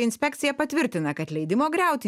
inspekcija patvirtina kad leidimo griauti